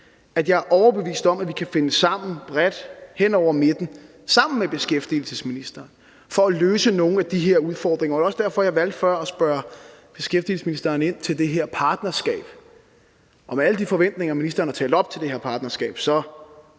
at jeg er overbevist om, at vi kan finde sammen bredt hen over midten, sammen med beskæftigelsesministeren, om at løse nogle af de her udfordringer. Det var også derfor, at jeg valgte før at spørge beskæftigelsesministeren ind til det her partnerskab, og med alle de forventninger, ministeren har talt op til det her partnerskab, så